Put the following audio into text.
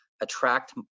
attract